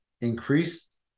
Increased